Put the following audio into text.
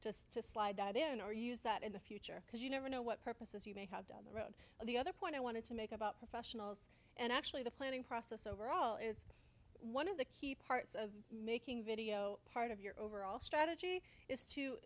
just to slide that in or use that in the future because you never know what purposes you may have down the road the other point i wanted to make about professionals and actually the planning process overall is one of the key parts of making video part of your overall strategy is to